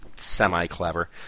semi-clever